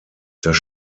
das